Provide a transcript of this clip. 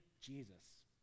Jesus